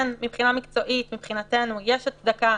כן, מבחינה מקצועית, מבחינתנו, יש הצדקה